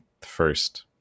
first